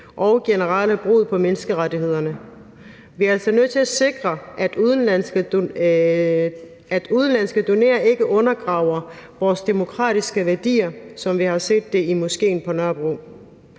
og generelle brud på menneskerettighederne. Vi er altså nødt til at sikre, at udenlandske donorer ikke undergraver vores demokratiske værdier, som vi har set det i moskéen på Nørrebro.